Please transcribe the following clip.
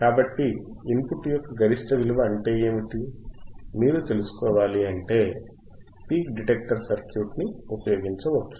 కాబట్టి ఇన్పుట్ యొక్క గరిష్ట విలువ అంటే ఏమిటి మీరు తెలుసుకోవాలంటే పీక్ డిటెక్టర్ సర్క్యూట్ ని ఉపయోగించవచ్చు